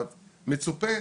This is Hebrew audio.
מצופה